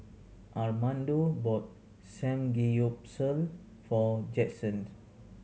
Armando bought Samgeyopsal for Jaxson